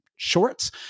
shorts